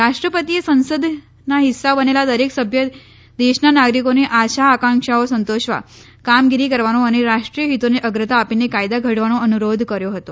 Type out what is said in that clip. રાષ્ર્નપતિએ સંસદના હિસ્સા બનેલા દરેક સભ્યે દેશના નાગરિકોની આશા આકાંક્ષાઓ સંતોષવા કામગીરી કરવાનો અને રાષ્ટ્રીયેય હિતોને અગ્રતા આપીને કાયદા ઘડવાનો અનુરોધ કર્યો હતો